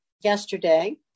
yesterday